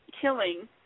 killing